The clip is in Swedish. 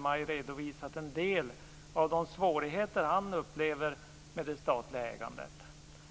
maj redovisat en del av de svårigheter han upplever med det statliga ägandet, t.ex.